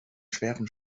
schweren